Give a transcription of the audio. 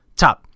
top